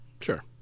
Sure